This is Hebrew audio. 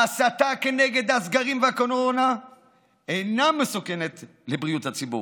ההסתה כנגד הסגרים והקורונה אינה מסוכנת לבריאות הציבור,